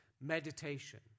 meditation